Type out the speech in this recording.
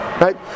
Right